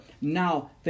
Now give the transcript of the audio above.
now